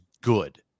good